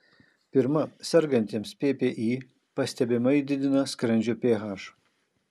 pirma sergantiems ppi pastebimai didina skrandžio ph